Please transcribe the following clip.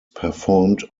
performed